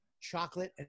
chocolate